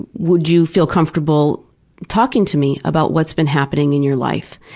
would you feel comfortable talking to me about what's been happening in your life?